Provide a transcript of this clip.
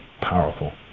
powerful